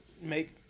make